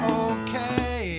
okay